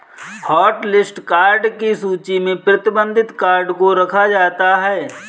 hotlist card की सूची में प्रतिबंधित कार्ड को रखा जाता है